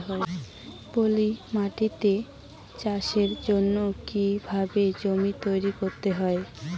পলি মাটি তে আলু চাষের জন্যে কি কিভাবে জমি তৈরি করতে হয়?